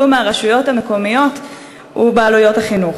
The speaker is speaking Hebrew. מהרשויות המקומיות ובעלויות החינוך.